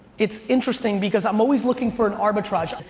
it's interesting because i'm always looking for an arbitrage.